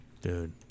Dude